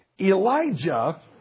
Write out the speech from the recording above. Elijah